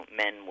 men